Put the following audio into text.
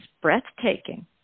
breathtaking